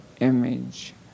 image